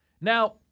Now